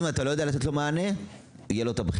אם אתה לא יודע לתת לו את המענה שתהיה לו הבחירה.